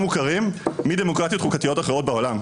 מוכרים מדמוקרטיות חוקתיות אחרות בעולם.